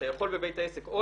שזה פרק השימוש